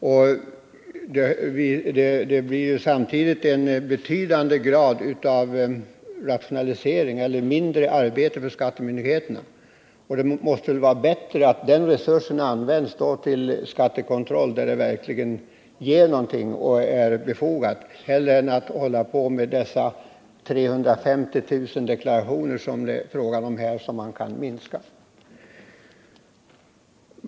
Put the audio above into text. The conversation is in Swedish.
Det blir samtidigt betydligt mindre arbete för skattemyndigheterna. Det måste väl vara bättre att resurserna används till skattekontroll där den verkligen ger någonting och är befogad än att man håller på med dessa 350 000 deklarationer, som det är fråga om här och som kan bortfalla.